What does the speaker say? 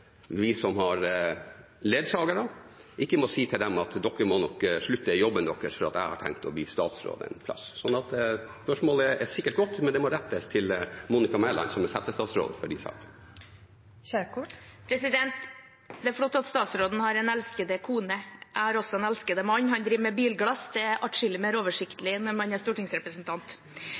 vi som har ledsagere, ikke må si til dem at de nok må slutte i jobben sin fordi man har tenkt å bli statsråd. Spørsmålet er sikkert godt, men det må rettes til Monica Mæland, som er settestatsråd for disse sakene. Ingvild Kjerkol – til oppfølgingsspørsmål. Det er flott at statsråden har en elsket kone. Jeg har også en elsket mann. Han driver med bilglass. Det er adskillig mer oversiktlig når man er stortingsrepresentant.